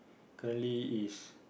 currently is